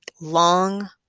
long